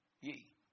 ye